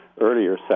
earlier